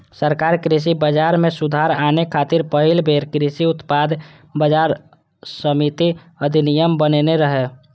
सरकार कृषि बाजार मे सुधार आने खातिर पहिल बेर कृषि उत्पाद बाजार समिति अधिनियम बनेने रहै